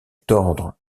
tordre